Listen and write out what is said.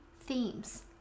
themes